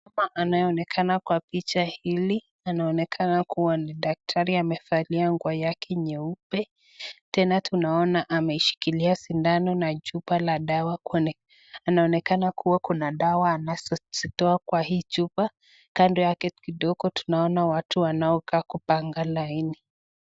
Mama anayeonekana kwa picha hili, anaonekana kua ni daktari amevalia nguo yake nyeupe. Tena tunaona ameshikilia sindano na chupa la dawa kuonekana . Anaonekana kua kuna dawa anazozitoaa kwa chupa. Kando yake kidogo tunaona watu wanao kaa kupanga laini.